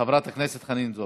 חברת הכנסת חנין זועבי.